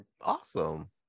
awesome